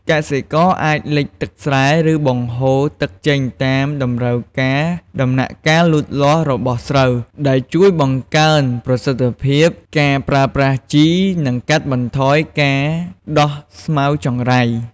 កសិករអាចលិចទឹកស្រែ ឬបង្ហូរទឹកចេញតាមតម្រូវការដំណាក់កាលលូតលាស់របស់ស្រូវ ដែលជួយបង្កើនប្រសិទ្ធភាពការប្រើប្រាស់ជី និងកាត់បន្ថយការដុះស្មៅចង្រៃ។